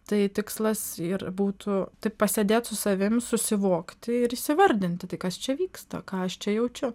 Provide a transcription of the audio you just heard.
tai tikslas ir būtų taip pasėdėt su savim susivokti ir įsivardinti tai kas čia vyksta ką aš čia jaučiu